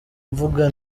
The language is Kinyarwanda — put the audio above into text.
mvuga